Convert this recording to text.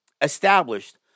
established